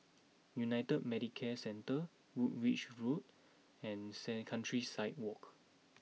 United Medicare Centre Woolwich Road and said Countryside Walk